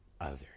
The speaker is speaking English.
others